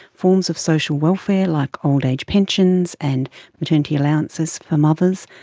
forms of social welfare like old-age pensions and maternity allowances for mothers.